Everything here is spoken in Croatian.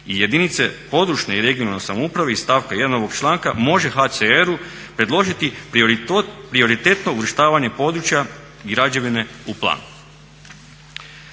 I jedinice područne i regionalne samouprave iz stavka 1.ovog članka može HCR-u predložiti prioritetno uvrštavanje područja i građevine u plan.